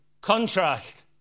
contrast